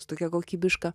su tokia kokybiška